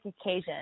occasion